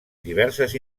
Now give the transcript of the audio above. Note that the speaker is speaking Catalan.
diverses